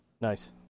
Nice